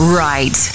right